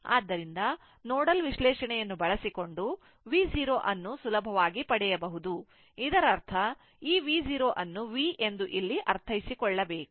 ಆದ್ದರಿಂದ ನೋಡಲ್ ವಿಶ್ಲೇಷಣೆಯನ್ನು ಬಳಸಿಕೊಂಡು V 0 ಅನ್ನು ಸುಲಭವಾಗಿ ಪಡೆಯಬಹುದು ಇದರರ್ಥ ಈ V 0 ಅನ್ನು V ಎಂದು ಇಲ್ಲಿ ಅರ್ಥೈಸಿಕೊಳ್ಳಬೇಕು